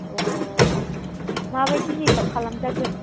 अ माबायदि मेकआप खालामजागोन